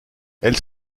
elle